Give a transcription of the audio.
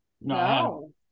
No